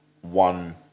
one